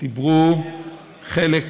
דיברו חלק